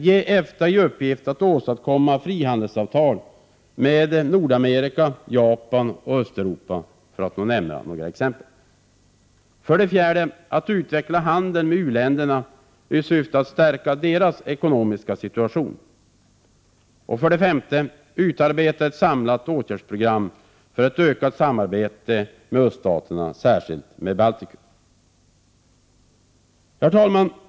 Ge EFTA i uppgift att åstadkomma frihandelsavtal med Nordamerika, Japan och Östeuropa, för att nämna några exempel. 4. Utveckla handeln med u-länderna i syfte att stärka deras ekonomiska situation. 5. Utarbeta ett samlat åtgärdsprogram för ett ökat samarbete med öststaterna — särskilt med Baltikum. Herr talman!